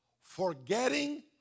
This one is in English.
Forgetting